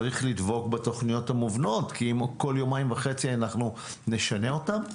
צריך לדבוק בתוכניות המובנות כי אם כל יומיים וחצי אנחנו נשנה אותן,